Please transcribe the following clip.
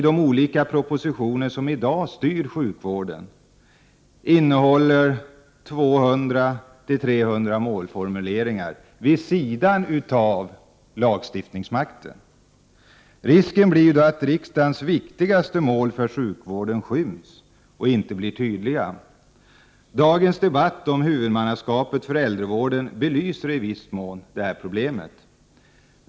De olika propositioner som i dag styr sjukvården innehåller 200-300 målformuleringar, vid sidan av lagstiftningen. Risken blir då att riksdagens viktigaste mål för sjukvården skyms och inte blir tydliga. Dagens debatt om huvudmannaskapet för äldrevården belyser i viss mån detta problem.